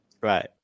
right